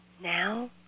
now